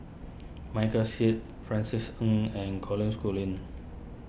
Michael Seet Francis Ng and Colin Schooling